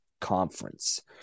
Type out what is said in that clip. Conference